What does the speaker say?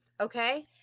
Okay